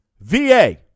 VA